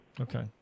Okay